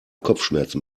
kopfschmerzen